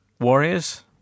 Warriors